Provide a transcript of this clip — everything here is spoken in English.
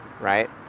right